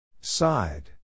side